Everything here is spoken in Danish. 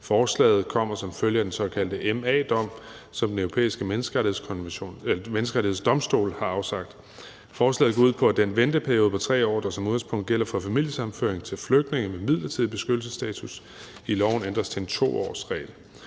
Forslaget kommer som følge af den såkaldte M.A.-dom, som Den Europæiske Menneskerettighedsdomstol har afsagt. Forslaget går ud på, at den venteperiode på 3 år, der som udgangspunkt gælder for familiesammenføring til flygtninge med midlertidig beskyttelsesstatus, i loven ændres til en 2-årsregel.